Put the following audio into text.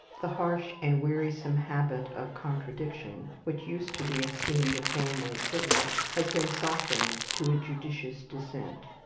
the harsh and wearisome habit of contradiction, which used to be esteemed a family privilege, has been softened to a judicious dissent.